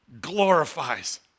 glorifies